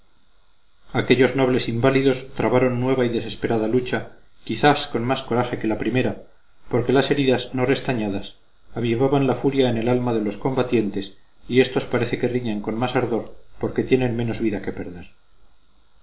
aquellos nobles inválidos trabaron nueva y desesperada lucha quizás con más coraje que la primera porque las heridas no restañadas avivan la furia en el alma de los combatientes y éstos parece que riñen con más ardor porque tienen menos vida que perder